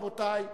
רבותי,